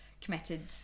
committed